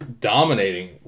Dominating